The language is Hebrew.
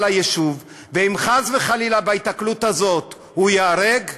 ליישוב אם חס וחלילה בהיתקלות הזאת הוא ייהרג,